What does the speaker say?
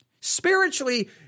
Spiritually